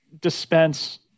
dispense